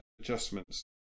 Adjustments